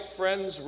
friends